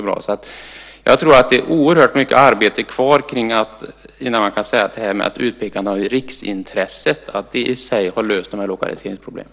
Jag tror alltså att det finns oerhört mycket arbete kvar innan man kan säga att utpekandet av riksintressen i sig har löst lokaliseringsproblemen.